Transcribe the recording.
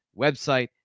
Website